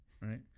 Right